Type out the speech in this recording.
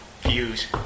Views